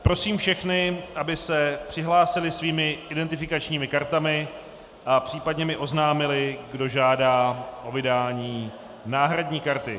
Prosím všechny, aby se přihlásili svými identifikačními kartami a případně mi oznámili, kdo žádá o vydání náhradní karty.